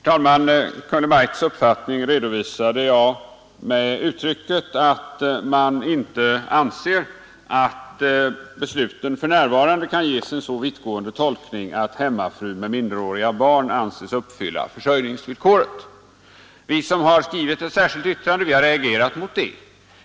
Herr talman! Kungl. Maj:ts uppfattning redovisas med uttrycket att man inte anser att besluten för närvarande kan ges en så vittgående 61 tolkning att hemmafruar med minderåriga barn anses uppfylla försörjningsvillkoret. Vi som har skrivit ett särskilt yttrande har reagerat mot det.